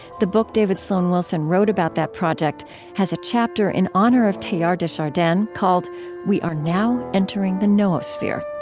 the book david sloan wilson wrote about that project has a chapter in honor of teilhard de chardin, called we are now entering the noosphere.